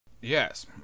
Yes